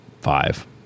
five